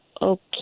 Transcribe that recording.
Okay